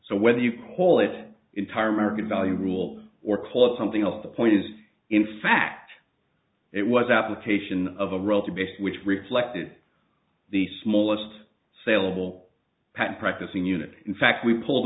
so whether you call it entire american value rule or close something else the point is in fact it was application of a role to base which reflected the smallest saleable patent practicing unit in fact we pulled